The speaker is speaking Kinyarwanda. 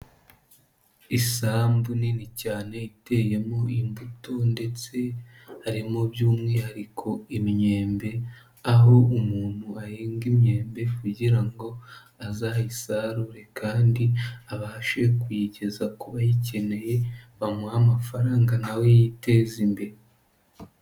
Isambu nini cyane iteyemo imbuto ndetse harimo by'umwihariko imyembe, aho umuntu ahinga imyembe kugira ngo azayisarure kandi abashe kuyigeza ku bayikeneye bamuha amafaranga nawe yiteze imbere.